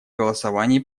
голосовании